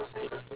i~